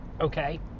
okay